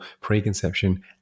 preconception